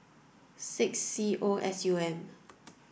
six C O S U M